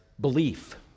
belief